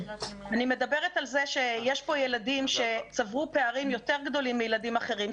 אני מדברת על כך שיש כאן ילדים שצברו פערים יותר גדולים מילדים אחרים,